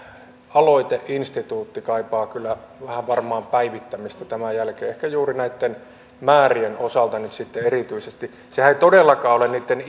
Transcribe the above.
aloiteinstituutio kaipaa varmaan vähän päivittämistä tämän jälkeen ehkä juuri näitten määrien osalta nyt sitten erityisesti sehän ei todellakaan ole niitten